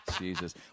Jesus